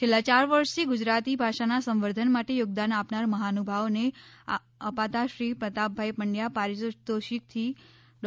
છેલ્લાં ચાર વર્ષથી ગુજરાતી ભાષાનાં સંવર્ધન માટે યોગદાન આપનાર મહાનુભાવને અપાતાંશ્રી પ્રતાપભાઈ પંડ્યા પારિતોષિકથી ડૉ